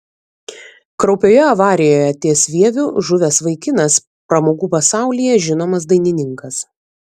kraupioje avarijoje ties vieviu žuvęs vaikinas pramogų pasaulyje žinomas dainininkas